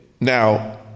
now